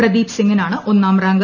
പ്രദീപ് സിംഗിനാണ് ഒന്നാം റാങ്ക്